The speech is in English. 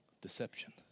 Deception